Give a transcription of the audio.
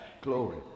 Glory